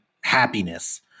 happiness